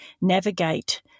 navigate